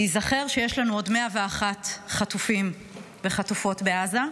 ייזכר שיש לנו עוד 101 חטופים וחטופות בעזה,